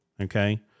Okay